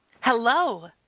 Hello